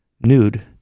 nude